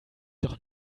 doch